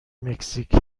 مکزیک